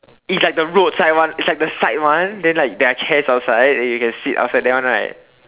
it's like the road side one it's like the side one then like there are chairs outside that you can sit outside that one right